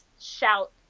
shout